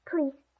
Please